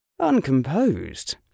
uncomposed